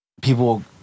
people